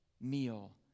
meal